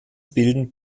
bilden